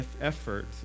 effort